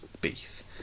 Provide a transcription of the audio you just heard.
beef